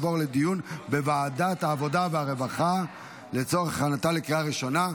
לוועדת העבודה והרווחה נתקבלה.